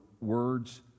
words